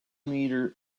meter